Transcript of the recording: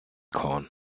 korn